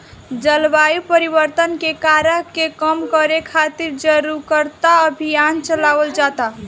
जलवायु परिवर्तन के कारक के कम करे खातिर जारुकता अभियान चलावल जाता